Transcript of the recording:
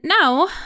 now